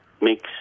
mix